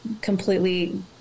completely